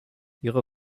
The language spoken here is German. ihre